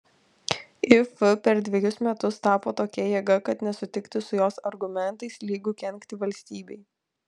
if per dvejus metus tapo tokia jėga kad nesutikti su jos argumentais lygu kenkti valstybei